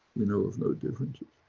you know of no differences.